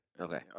Okay